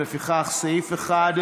לפיכך, סעיף 1,